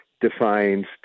defines